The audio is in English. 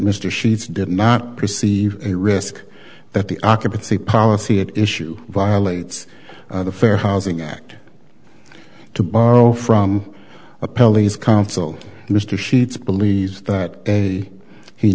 mr sheets did not perceive a risk that the occupancy policy at issue violates the fair housing act to borrow from a pelleas counsel mr sheets believes that